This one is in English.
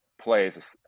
plays